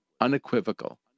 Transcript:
unequivocal